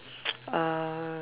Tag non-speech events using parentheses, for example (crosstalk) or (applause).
(noise) uh